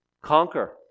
conquer